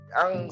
ang